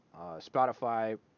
spotify